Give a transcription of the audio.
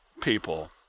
people